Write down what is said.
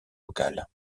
locale